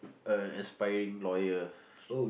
a aspiring lawyer